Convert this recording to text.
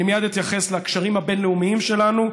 אני מייד אתייחס לקשרים הבין-לאומיים שלנו,